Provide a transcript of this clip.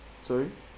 sorry